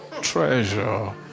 treasure